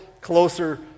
closer